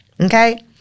Okay